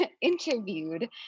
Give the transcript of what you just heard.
interviewed